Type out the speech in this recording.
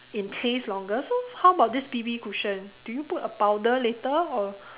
in place longer so how about this B_B cushion do you put a powder later or